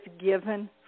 given